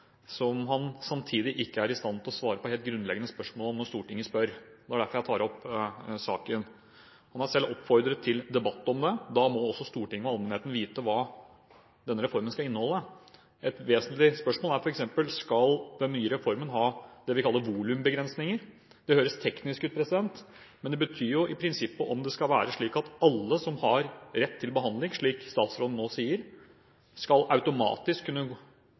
samtidig som han ikke er i stand til å svare på helt grunnleggende spørsmål når Stortinget spør. Det er derfor jeg tar opp saken. Han har selv oppfordret til debatt om det. Da må også Stortinget og allmennheten vite hva denne reformen skal inneholde. Et vesentlig spørsmål er f.eks.: Skal den nye reformen ha det vi kaller volumbegrensninger? Det høres teknisk ut, men det betyr jo i prinsippet om det skal være slik at alle som har rett til behandling, slik statsråden nå sier, automatisk skal kunne